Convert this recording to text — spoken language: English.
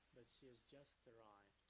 she is just arrived.